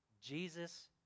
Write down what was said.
Jesus